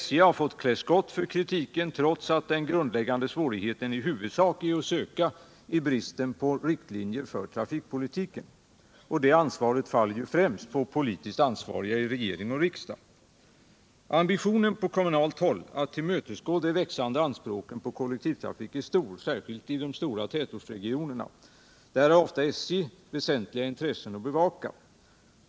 SJ har fått klä skott för kritiken, trots att den grundläggande svårigheten i huvudsak är att söka i bristen på riktlinjer för trafikpolitiken. Det ansvaret faller främst på politiskt ansvariga i regering och riksdag. Ambitionen på kommunalt håll att tillmötesgå de växande anspråken på kollektivtrafik är stor, särskilt i de stora tätortsregionerna. Där har ofta också SJ väsentliga intressen att bevaka.